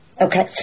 Okay